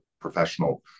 professional